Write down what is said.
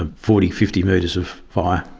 ah forty fifty metres of fire.